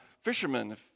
fishermen